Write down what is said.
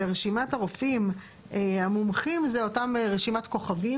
ורשימת הרופאים המומחים זה אותם רשימת כוכבים,